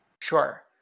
Sure